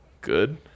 good